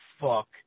fuck